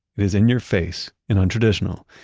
it is in your face and untraditional.